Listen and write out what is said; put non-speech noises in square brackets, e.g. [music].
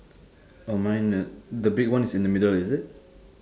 oh mine [noise] the big one is in the middle is it